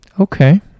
Okay